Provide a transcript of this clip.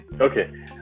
Okay